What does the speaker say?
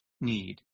need